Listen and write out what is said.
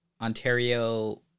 Ontario